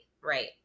Right